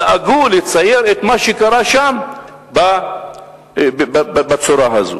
דאגו לצייר את מה שקרה שם בצורה הזו.